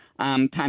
time